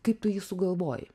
kaip tu jį sugalvojai